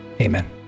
Amen